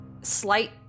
slight